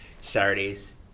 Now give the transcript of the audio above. Saturdays